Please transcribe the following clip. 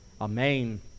Amen